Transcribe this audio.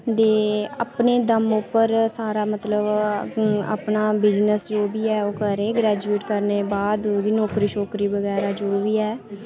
ते अपने दम पर सारा मतलब अपना बिज़नेस जो बी ऐ ओह् करै ग्रेोजूएट करने दे बाद ओह्दी नौकरी जो बी ऐ ओह्